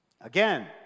Again